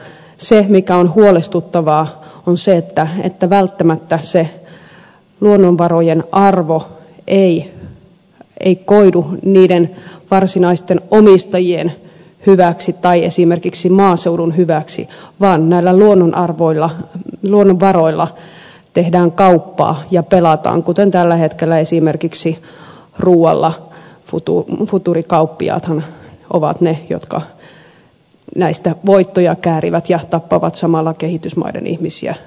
se mikä on huolestuttavaa on se että välttämättä se luonnonvarojen arvo ei koidu niiden varsinaisten omistajien hyväksi tai esimerkiksi maaseudun hyväksi vaan näillä luonnonvaroilla tehdään kauppaa ja pelataan kuten tällä hetkellä esimerkiksi ruualla futuurikauppiaathan ovat ne jotka näistä voittoja käärivät ja tappavat samalla kehitysmaiden ihmisiä nälkään